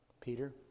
Peter